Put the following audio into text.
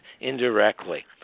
indirectly